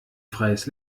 freies